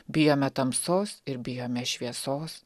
bijome tamsos ir bijome šviesos